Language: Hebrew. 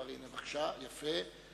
חברת הכנסת מירי רגב, בבקשה, גברתי.